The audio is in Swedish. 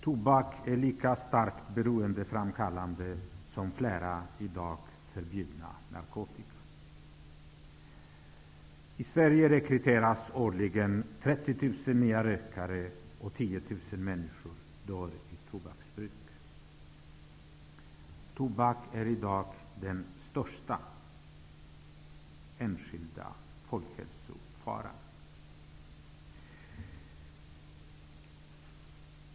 Tobak är lika starkt beroendeframkallande som flera i dag förbjudna narkotika. 10 000 människor dör av tobaksbruk. Tobak är i dag den största enskilda folkhälsofaran.